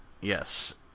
Yes